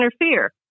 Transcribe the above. interfere